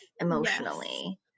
emotionally